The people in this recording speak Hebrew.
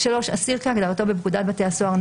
(3) אסיר כהגדרתו בפקודת בתי הסוהר ,